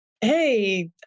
hey